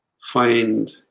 find